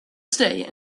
stay